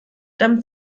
damit